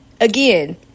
Again